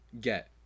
get